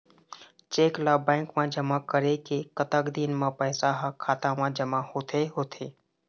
Cheque ला bank मा जमा करे के कतक दिन मा पैसा हा खाता मा जमा होथे थे?